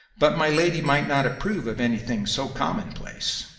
but my lady might not approve of anything so commonplace.